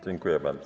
Dziękuję bardzo.